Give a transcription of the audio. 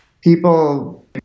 people